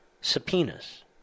Subpoenas